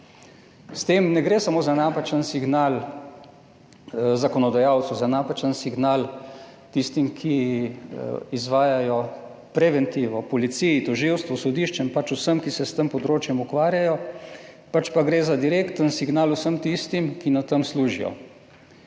S tem ne gre samo za napačen signal zakonodajalcu, za napačen signal tistim, ki izvajajo preventivo, policiji, tožilstvu, sodiščem, pač vsem, ki se s tem področjem ukvarjajo, pač pa gre za direkten signal vsem tistim, ki na tem služijo,